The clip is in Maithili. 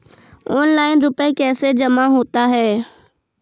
ऑनलाइन रुपये कैसे जमा होता हैं?